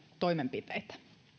toimenpiteitä